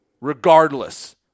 regardless